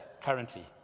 currently